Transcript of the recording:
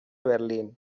berlín